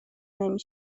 نمی